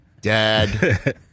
dad